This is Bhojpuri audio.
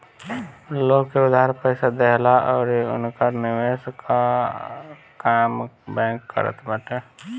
लोग के उधार पईसा देहला अउरी उनकर निवेश कअ काम बैंक करत बाटे